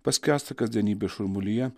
paskęsta kasdienybės šurmulyje